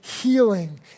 healing